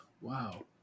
Wow